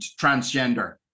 transgender